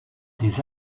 des